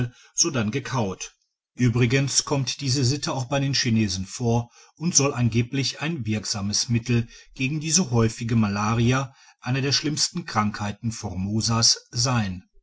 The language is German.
by google gens kommt diese sitte auch bei den chinesen vor und soll angeblich ein wirksames mittel gegen die so häufige malaria einer der schlimmsten krankheiten formosas sein